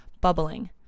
bubbling